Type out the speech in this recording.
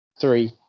Three